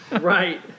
Right